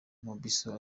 mobisol